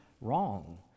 wrong